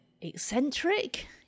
eccentric